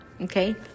Okay